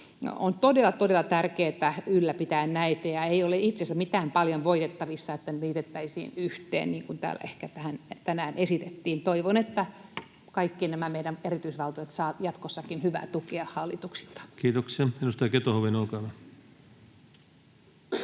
todella tärkeätä ylläpitää näitä, ja ei ole itse asiassa mitään paljon voitettavissa, jos ne liitettäisiin yhteen, niin kuin täällä ehkä tänään esitettiin. Toivon, että kaikki nämä meidän erityisvaltuutetut saavat jatkossakin hyvää tukea hallituksilta. [Speech 202] Speaker: